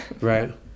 Right